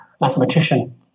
mathematician